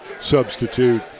substitute